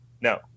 no